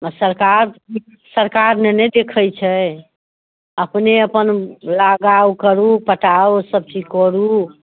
सरकार सरकार नहि ने देखैत छै अपने अपन लगाउ करू पटाउ सब चीज करू